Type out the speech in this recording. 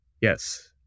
yes